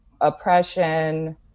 oppression